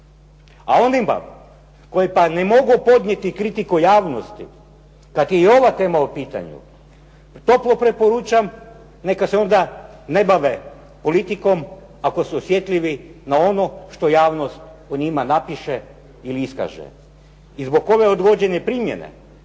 A onima koji pak ne mogu podnijeti kritiku javnosti kada je i ova tema u pitanju, toplo preporučam neka se onda ne bave politikom ako su osjetljivi na ono što javnost o njima napiše ili iskaže. I zbog ove odgođene primjene